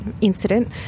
incident